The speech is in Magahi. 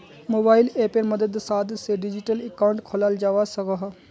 मोबाइल अप्पेर मद्साद से डिजिटल अकाउंट खोलाल जावा सकोह